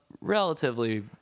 relatively